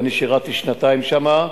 ואני שירתי שנתיים שם,